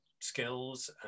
skills